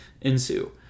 ensue